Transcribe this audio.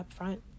upfront